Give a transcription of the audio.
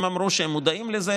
הם אמרו שהם מודעים לזה.